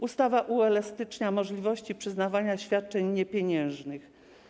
Ustawa uelastycznia możliwości przyznawania świadczeń niepieniężnych.